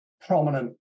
prominent